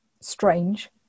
strange